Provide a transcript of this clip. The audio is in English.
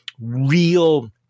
real